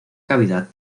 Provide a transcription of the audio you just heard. cavidad